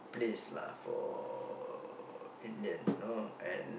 place lah for Indians you know and